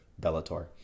Bellator